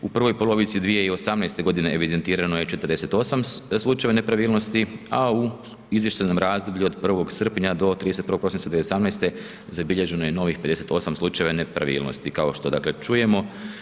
U prvoj polovici 2018. godine evidentirano je 48 slučajeva nepravilnosti, a u izvještajnom razdoblju od 1. srpnja do 31. prosinca 2018. zabilježeno je novih 58 slučajeva nepravilnosti, kao što dakle čujemo.